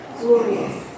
glorious